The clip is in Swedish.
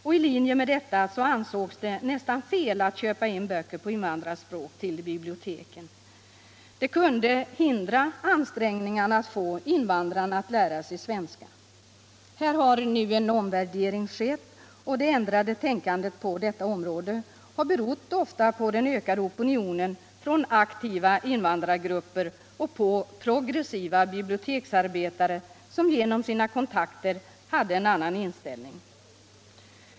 I linje härmed ansågs det nästan fel att köpa in böcker på invandrarspråk till biblioteken, eftersom det kunde hindra ansträngningarna att få invandrarna att lära sig svenska. Här har nu en omvärdering skett, och det ändrade tänkandet på det området har ofta berott på den ökade opinionen från aktiva invandrargrupper samt på progressiva biblioteksarbetare, som genom sina kontakter har haft en annan inställning.